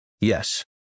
Yes